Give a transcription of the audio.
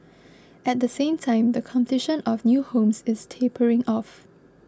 at the same time the completion of new homes is tapering off